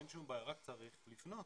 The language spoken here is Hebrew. אין שום בעיה, רק צריך לפנות.